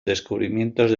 descubrimientos